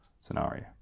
scenario